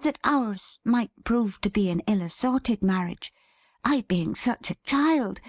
that ours might prove to be an ill-assorted marriage i being such a child,